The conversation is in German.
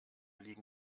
liegen